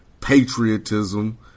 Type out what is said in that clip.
patriotism